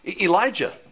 Elijah